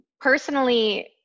personally